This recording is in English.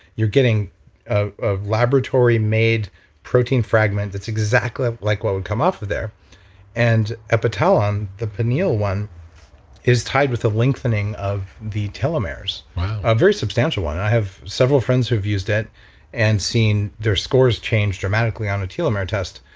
you're getting ah a laboratory made protein fragment that's exactly like what would come off of there and epitalon, the pineal one is tied with the lengthening of the telomeres, a very substantial one. i have several friends who have used it and seen their scores changed dramatically on a telomere test.